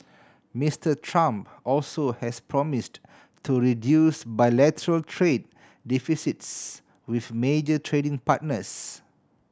Mister Trump also has promised to reduce bilateral trade deficits with major trading partners